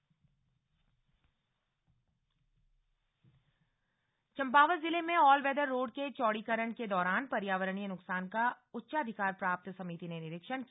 all weather road निरीक्षण चंपावत जिले में ऑल वेदर रोड के चौड़ीकरण के दौरान पर्यावरणीय नुकसान का उच्चाधिकार प्राप्त समिति ने निरीक्षण किया